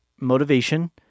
motivation